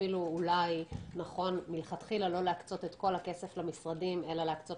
אפילו אולי נכון מלכתחילה לא להקצות את כל הכסף למשרדים אלא להקצות